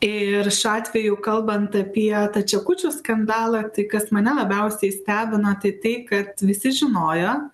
ir šiuo atveju kalbant apie tą čekučių skandalą tai kas mane labiausiai stebina tai tai kad visi žinojo